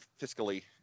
fiscally